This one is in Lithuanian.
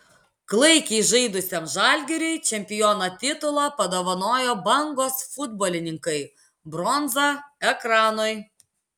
klaikiai žaidusiam žalgiriui čempiono titulą padovanojo bangos futbolininkai bronza ekranui